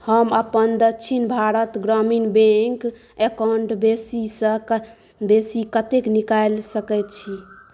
हम अपन Dakshin Bharat Gramin Bank account बेसीसँ बेसी कतेक निकालि सकैत छी